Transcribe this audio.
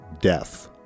death